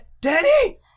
Daddy